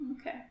Okay